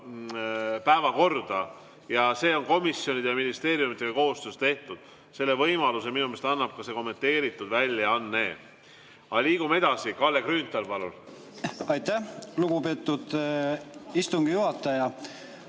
Aitäh, lugupeetud istungi juhataja!